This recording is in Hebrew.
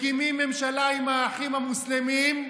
מקימים ממשלה עם האחים המוסלמים,